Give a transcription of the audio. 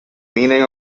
meaning